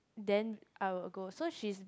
then I will go so she's